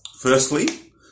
Firstly